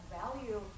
value